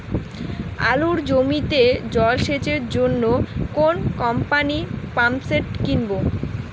আলুর জমিতে জল সেচের জন্য কোন কোম্পানির পাম্পসেট কিনব?